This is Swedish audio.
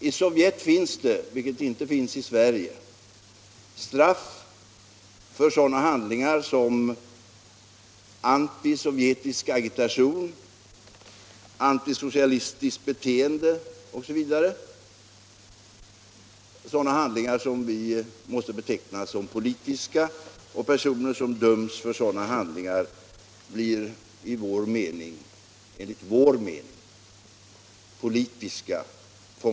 I Sovjet kan straff utdömas för sådana handlingar som antisovjetisk agitation, antisocialistiskt beteende osv., dvs. handlingar som vi måste beteckna som politiska. I Sverige tillämpas inte sådana straff för motsvarande handlingar. Personer som döms för sådana handlingar i Sovjetunionen blir enligt vår mening politiska fångar.